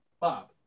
bob